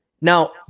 Now